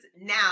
now